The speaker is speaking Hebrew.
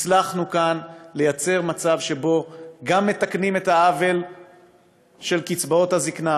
הצלחנו לייצר מצב שבו גם מתקנים את העוול של קצבאות הזיקנה